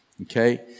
Okay